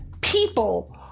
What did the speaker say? people